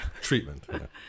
treatment